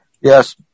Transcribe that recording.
Yes